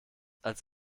als